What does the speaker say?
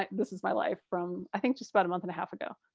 and this is my life from, i think just about a month and a half ago.